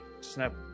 snap